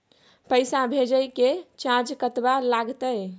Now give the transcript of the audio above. पैसा भेजय के चार्ज कतबा लागते?